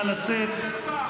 נא לצאת.